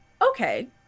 okay